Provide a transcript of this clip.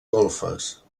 golfes